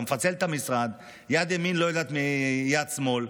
אתה מפצל את המשרד, יד ימין לא יודעת מה יד שמאל,